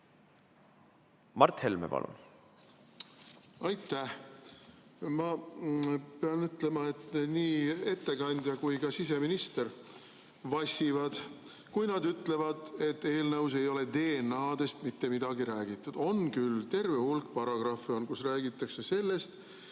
Mart Helme, palun!